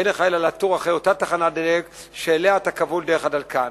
אין לך אלא לתור אחרי אותה תחנת דלק שאליה אתה כבול דרך הדלקן.